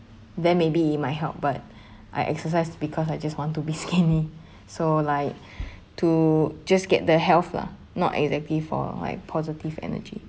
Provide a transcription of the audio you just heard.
then maybe it might help but I exercise because I just want to be skinny so like to just get the health lah not exactly for like positive energy